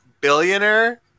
Billionaire